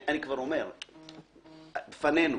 בפנינו.